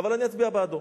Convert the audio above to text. אבל אני אצביע בעדו.